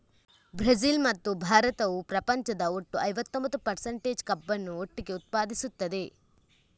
Brazil ಮತ್ತು ಭಾರತವು ಪ್ರಪಂಚದ ಒಟ್ಟು ಐವತ್ತೊಂಬತ್ತು ಪರ್ಸಂಟೇಜ್ ಕಬ್ಬನ್ನು ಒಟ್ಟಿಗೆ ಉತ್ಪಾದಿಸುತ್ತದೆ